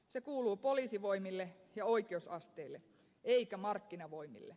se kuuluu poliisivoimille ja oikeusasteille eikä markkinavoimille